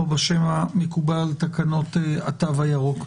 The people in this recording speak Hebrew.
או בשם המקובל "תקנות התו הירוק".